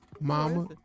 Mama